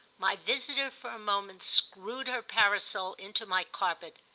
my visitor, for a moment, screwed her parasol into my carpet.